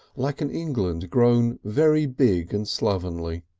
like an england grown very big and slovenly,